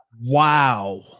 Wow